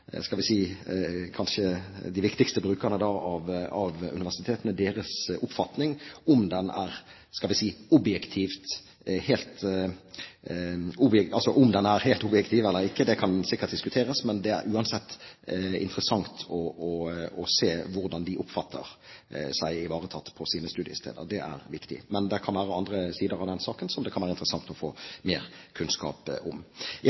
kanskje er de viktigste brukerne av universitetene, og om deres oppfatning – skal vi si – er helt objektiv eller ikke, kan sikkert diskuteres. Det er uansett interessant å se hvordan de oppfatter seg ivaretatt på sine studiesteder. Det er viktig. Men det kan være andre sider av den saken som det kan være interessant å få mer kunnskap om. Jeg